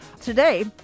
today